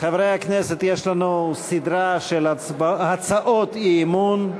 חברי הכנסת, יש לנו סדרה של הצעות אי-אמון,